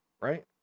right